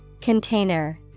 Container